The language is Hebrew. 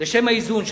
לשם האיזון,